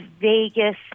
Vegas